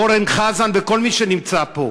אורן חזן וכל מי שנמצא פה: